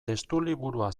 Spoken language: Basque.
testuliburua